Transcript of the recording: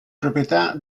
proprietà